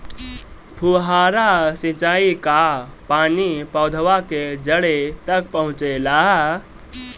फुहारा सिंचाई का पानी पौधवा के जड़े तक पहुचे ला?